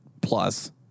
plus